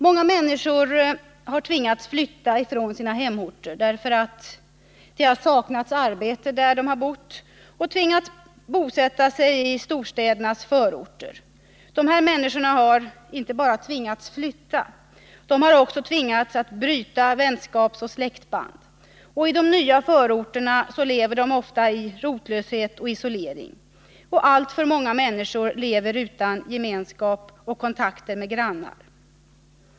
Många människor har tvingats flytta från sina hemorter, därför att det saknats arbete där, och bosätta sig i storstädernas förorter. Dessa människor har inte bara tvingats flytta, de har också tvingats bryta vänskapsoch släktband. I de nya förorterna lever de ofta i rotlöshet och isolering. Alltför många människor lever utan gemenskap och kontakter med grannar.